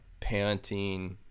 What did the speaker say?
parenting